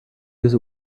use